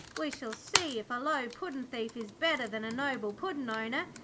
we shall see if a low puddin'-thief is better than a noble puddin'-owner.